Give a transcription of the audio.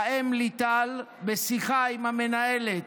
האם ליטל בשיחה עם המנהלת,